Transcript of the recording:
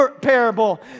parable